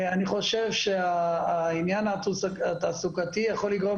אני חושב שהעניין התעסוקתי יכול לגרום